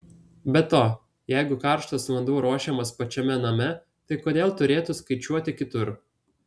be to jeigu karštas vanduo ruošiamas pačiame name tai kodėl turėtų skaičiuoti kitur